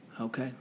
Okay